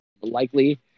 likely